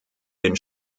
den